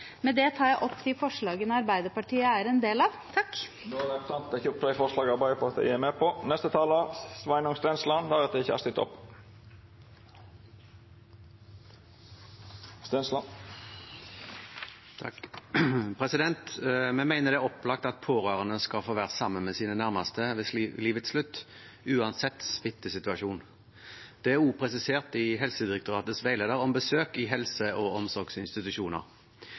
Med det tar jeg opp de forslagene Arbeiderpartiet har sammen med Senterpartiet og Sosialistisk Venstreparti. Då har representanten Tuva Moflag teke opp dei forslaga ho refererte til. Vi mener det er opplagt at pårørende skal få være sammen med sine nærmeste ved livets slutt, uansett smittesituasjon. Det er også presisert i Helsedirektoratets veileder om besøk i helse- og omsorgsinstitusjoner.